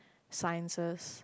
sciences